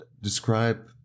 describe